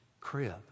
crib